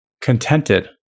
Contented